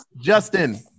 Justin